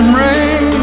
ring